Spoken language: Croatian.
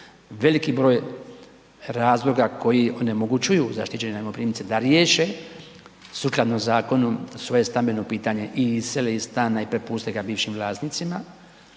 veliki broj razloga koji onemogućene najmoprimce da riješe sukladno zakonu svoje stambeno pitanje i isele iz stana i prepuste ga bivšim vlasnicima